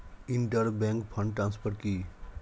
Inter bank fund transfer কি?